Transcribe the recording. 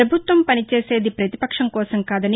ప్రభుత్వం పనిచేసేది పతిపక్షం కోసం కాదని